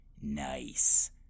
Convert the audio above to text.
Nice